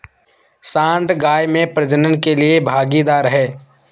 सांड गाय में प्रजनन के लिए भागीदार है